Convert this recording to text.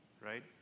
Right